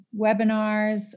webinars